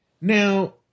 Now